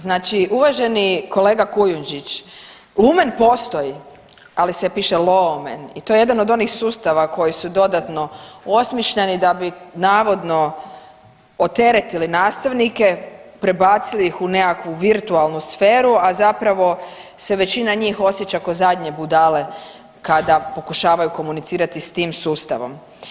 Znači uvaženi kolega Kujundžić lumen postoji, ali se piše loomen i to je jedan od onih sustava koji su dodatno osmišljeni da bi navodno oteretili nastavnike, prebacili ih u nekakvu virtualnu sferu, a zapravo se većina njih osjeća ko zadnje budale kada pokušavaju komunicirati s tim sustavom.